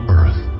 earth